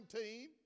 team